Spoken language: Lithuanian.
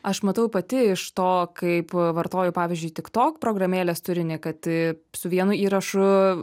aš matau pati iš to kaip vartoju pavyzdžiui tiktok programėlės turinį kad su vienu įrašu